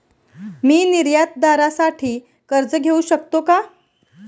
मी निर्यातदारासाठी कर्ज घेऊ शकतो का?